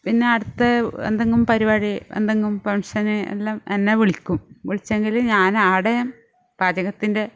പിന്നെ അടുത്ത് എന്തെങ്കിലും പരിപാടി എന്തെങ്കിലും ഫങ്ങ്ഷന് എല്ലാം എന്നെ വിളിക്കും വിളിച്ചെങ്കിൽ ഞാൻ അവിടെ പാചകത്തിൻ്റെ